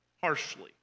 harshly